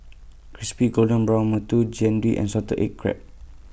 Crispy Golden Brown mantou Jian Dui and Salted Egg Crab